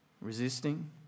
Resisting